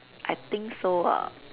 I think so ah